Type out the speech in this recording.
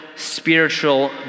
Spiritual